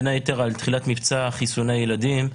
בין היתר בעניין תחילת מבצע חיסוני הילדים.